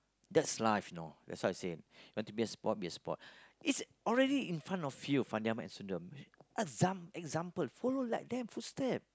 that's life you know that's why I say want to be a sport be a sport it's already in front of you Fandi-Ahmad and Sundram example follow like them footstep